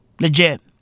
Legit